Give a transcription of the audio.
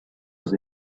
was